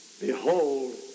Behold